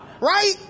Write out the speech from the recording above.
Right